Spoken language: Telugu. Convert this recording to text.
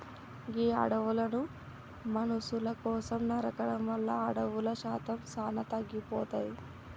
గీ అడవులను మనుసుల కోసం నరకడం వల్ల అడవుల శాతం సానా తగ్గిపోతాది